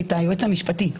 היועץ המשפטי,